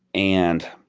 and